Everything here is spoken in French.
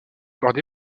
bordé